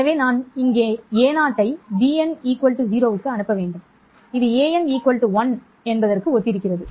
எனவே நான் இங்கே a0 ஐ bn 0 க்கு அனுப்ப வேண்டும் இது ஒரு 1 க்கு ஒத்திருக்கிறது